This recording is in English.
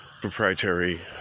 proprietary